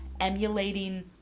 emulating